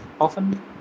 often